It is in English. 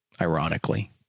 ironically